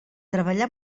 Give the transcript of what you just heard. treballar